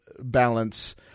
Balance